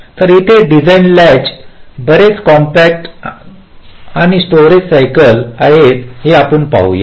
तर तेथे डिझाइन लॅचचे बरेच कॉम्पॅक्ट्स आणि स्टोरेज सायकल आहेत हे आपण पाहूया